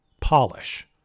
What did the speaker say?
polish